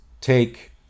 take